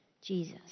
Jesus